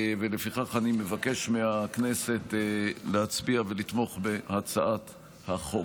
לפיכך, אני מבקש מהכנסת להצביע ולתמוך בהצעת החוק.